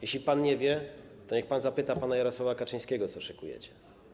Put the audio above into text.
Jeśli pan nie wie, to niech pan zapyta pana Jarosława Kaczyńskiego, co szykujecie.